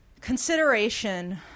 consideration